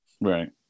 Right